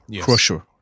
Crusher